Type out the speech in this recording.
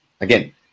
Again